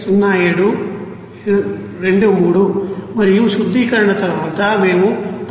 మరియు శుద్దీకరణ తరువాత మేము 99